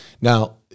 Now